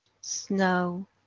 snow